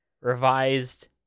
revised